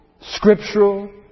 scriptural